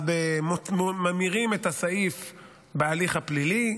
ממירים את הסעיף בהליך הפלילי,